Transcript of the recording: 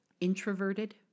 Introverted